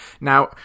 Now